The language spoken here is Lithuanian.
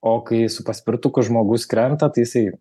o kai su paspirtuku žmogus krenta tai jisai